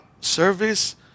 service